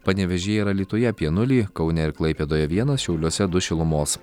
panevėžyje ir alytuje apie nulį kaune ir klaipėdoje vienas šiauliuose du šilumos